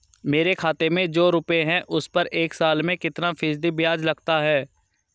मेरे खाते में जो रुपये हैं उस पर एक साल में कितना फ़ीसदी ब्याज लगता है?